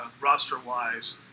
roster-wise